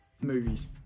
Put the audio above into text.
movies